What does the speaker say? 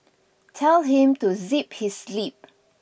tell him to zip his lip